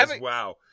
wow